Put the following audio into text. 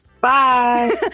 Bye